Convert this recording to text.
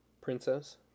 Princess